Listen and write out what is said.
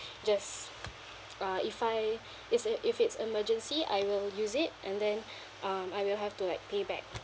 just uh if I it's if it's emergency I will use it and then um I will have to like pay back